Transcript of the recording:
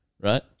right